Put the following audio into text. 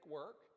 work